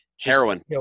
Heroin